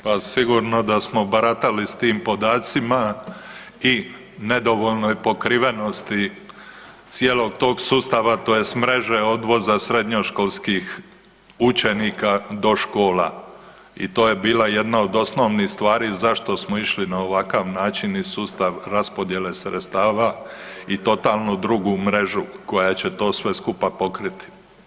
Pa sigurno da smo baratali s tim podacima i nedovoljno je pokrivenosti cijelog tog sustava tj. mreže odvoza srednjoškolskih učenika do škola i to je bila jedna od osnovnih stvari zašto smo išli na ovakav način i sustav raspodijele sredstava i totalno drugu mrežu koja će to sve skupa pokriti.